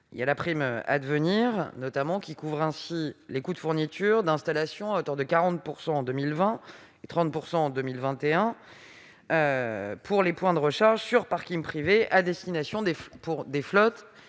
à la prime Advenir, qui couvre les coûts de fourniture d'installation, à hauteur de 40 % en 2020 et 30 % en 2021, des points de recharge sur parking privé à destination des flottes